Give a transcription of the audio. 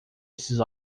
esses